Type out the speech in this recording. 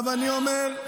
זה לא יפתור את הבעיה.